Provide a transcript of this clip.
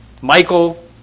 Michael